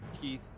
Keith